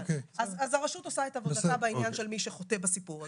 אז הרשות עושה את עבודתה בעניין של מי שחוטא בסיפור הזה.